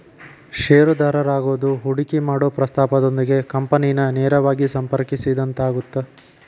ಷೇರುದಾರರಾಗೋದು ಹೂಡಿಕಿ ಮಾಡೊ ಪ್ರಸ್ತಾಪದೊಂದಿಗೆ ಕಂಪನಿನ ನೇರವಾಗಿ ಸಂಪರ್ಕಿಸಿದಂಗಾಗತ್ತ